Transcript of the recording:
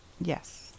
yes